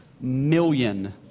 million